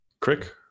Crick